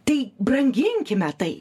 tai branginkime tai